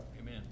Amen